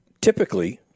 typically –